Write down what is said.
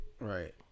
Right